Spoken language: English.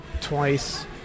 Twice